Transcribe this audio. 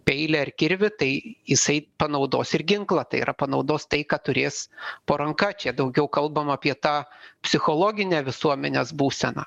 peilį ar kirvį tai jisai panaudos ir ginklą tai yra panaudos tai kad turės po ranka čia daugiau kalbama apie tą psichologinę visuomenės būseną